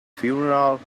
funeral